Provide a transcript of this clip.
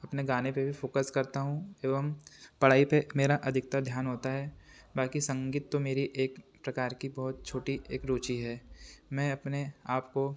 अपने गाने पे भी फ़ोकस करता हूँ एवं पढ़ाई पे मेरा अधिकतर ध्यान होता है बाकी संगीत तो मेरी एक प्रकार की बहुत छोटी एक रुचि है मैं अपने आप को